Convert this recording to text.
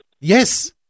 yes